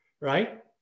right